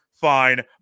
fine